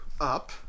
up